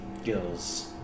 skills